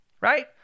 right